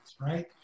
right